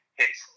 hits